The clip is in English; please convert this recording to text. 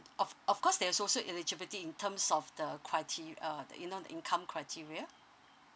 of of course there is also eligibility in terms of the crite~ uh the you know the income criteria